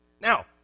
Now